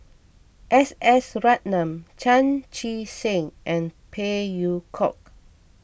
S S Ratnam Chan Chee Seng and Phey Yew Kok